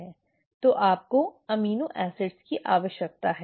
तो आपको amino acid की आवश्यकता है